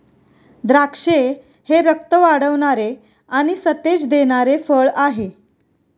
द्राक्षे हे रक्त वाढवणारे आणि सतेज देणारे फळ आहे